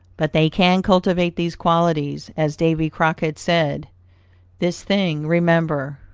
but they can cultivate these qualities, as davy crockett said this thing remember,